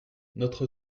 notre